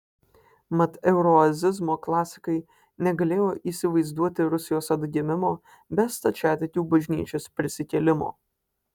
mat euroazizmo klasikai negalėjo įsivaizduoti rusijos atgimimo be stačiatikių bažnyčios prisikėlimo